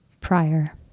prior